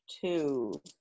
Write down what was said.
two